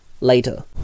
later